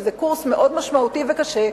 שזה קורס מאוד משמעותי וקשה,